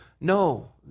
no